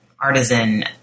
artisan